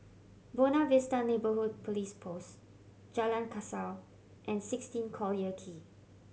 Buona Vista Neighbourhood Police Post Jalan Kasau and sixteen Collyer Quay